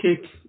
kick